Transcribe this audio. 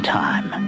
time